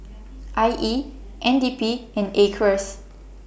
I E N D P and Acres